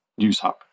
NewsHub